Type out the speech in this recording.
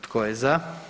Tko je za?